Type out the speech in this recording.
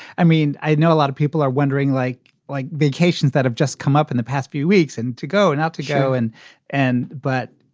i mean, i know a lot of people are wondering like like vacations that have just come up in the past few weeks and to go and out, to go and and but,